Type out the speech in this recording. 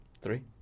three